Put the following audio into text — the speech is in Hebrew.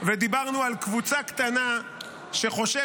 ודיברנו על קבוצה קטנה שחושבת,